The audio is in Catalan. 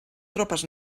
tropes